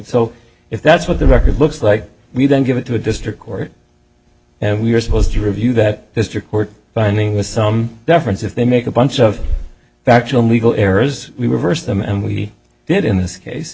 so if that's what the record looks like we then give it to a district court and we're supposed to review that district court finding with some deference if they make a bunch of factual errors we were versus them and we did in this